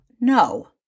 no